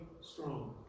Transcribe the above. strong